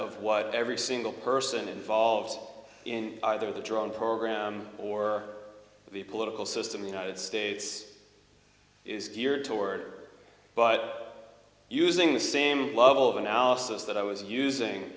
of what every single person involved in either the drone program or the political system the united states is geared toward but using the same level of analysis that i was using